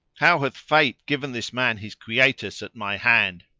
how hath fate given this man his quietus at my hand!